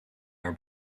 are